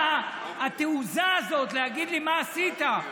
הייתה לך התעוזה הזאת להגיד לי: מה עשית?